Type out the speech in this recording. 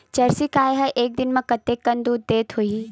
Jersey गाय ह एक दिन म कतेकन दूध देत होही?